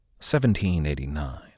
1789